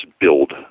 build